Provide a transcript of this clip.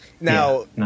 Now